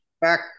back